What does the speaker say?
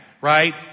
Right